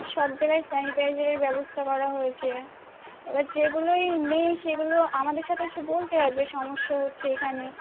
সব জায়গায় স্যানিটাইজারের ব্যবস্থা করা হয়েছে এবার যেগুলোয় নেই সেগুলো আমাদের সাথে এসে বলতে হবে সমস্যা হচ্ছে এখানে